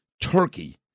Turkey